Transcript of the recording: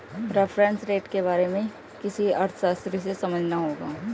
reference rate के बारे में किसी अर्थशास्त्री से समझना होगा